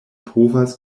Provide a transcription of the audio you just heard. povas